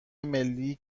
ملی